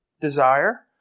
desire